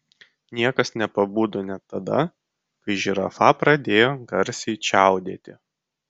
niekas nepabudo net tada kai žirafa pradėjo garsiai čiaudėti